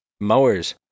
mowers